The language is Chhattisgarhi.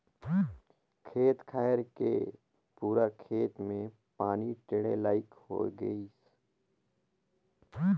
खेत खायर के पूरा खेत मे पानी टेंड़े लईक होए गइसे